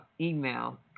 email